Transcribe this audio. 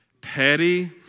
Petty